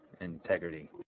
integrity